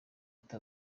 ati